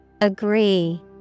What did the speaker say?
Agree